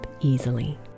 easily